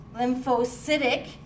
lymphocytic